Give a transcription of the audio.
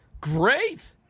Great